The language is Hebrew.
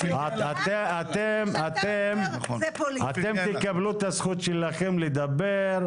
אתם תקבלו את הזכות שלכם לדבר,